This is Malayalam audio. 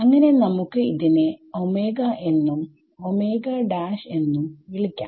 അങ്ങനെ നമുക്ക് ഇതിനെ എന്നും എന്നും വിളിക്കാം